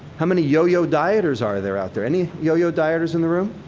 how many yo-yo dieters are there out there? any yo-yo dieters in the room?